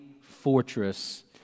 fortress